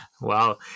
wow